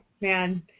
man